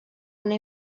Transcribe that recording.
una